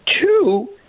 Two